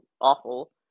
awful